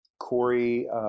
Corey –